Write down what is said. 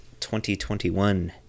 2021